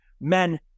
men